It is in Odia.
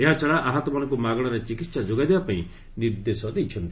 ଏହାଛଡ଼ା ଆହତମାନଙ୍କୁ ମାଗଣାରେ ଚିକିତ୍ସା ଯୋଗାଇ ଦେବାପାଇଁ ନିର୍ଦ୍ଦେଶ ଦେଇଛନ୍ତି